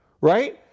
right